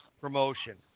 Promotion